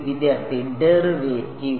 വിദ്യാർത്ഥി ഡെറിവേറ്റീവ്